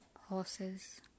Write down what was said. horses